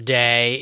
day